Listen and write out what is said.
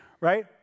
right